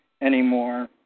anymore